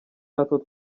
natwo